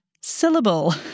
syllable